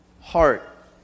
heart